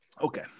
okay